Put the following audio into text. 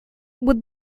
would